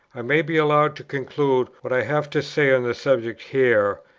i may be allowed to conclude what i have to say on the subject here,